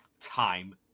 time